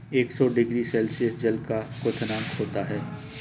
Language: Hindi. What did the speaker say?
एक सौ डिग्री सेल्सियस जल का क्वथनांक होता है